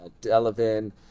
delavan